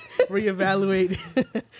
reevaluate